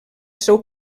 seu